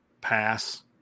pass